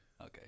Okay